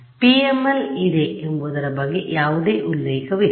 PML ಸರಿ ಇದೆ ಎಂಬುದರ ಬಗ್ಗೆ ಯಾವುದೇ ಉಲ್ಲೇಖವಿಲ್ಲ